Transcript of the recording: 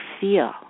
feel